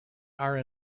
are